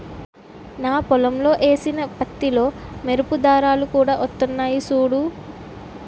నా పొలంలో ఏసిన పత్తిలో మెరుపు దారాలు కూడా వొత్తన్నయ్ సూడూ